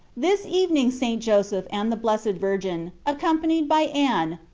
this evening st. joseph and the blessed virgin, accompanied by anne,